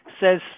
says